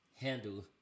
handle